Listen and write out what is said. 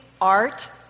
art